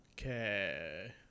Okay